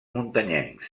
muntanyencs